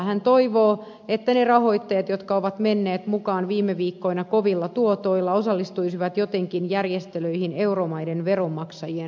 hän toivoo että ne rahoittajat jotka ovat menneet mukaan viime viikkoina kovilla tuotoilla osallistuisivat jotenkin järjestelyihin euromaiden veronmaksajien rinnalla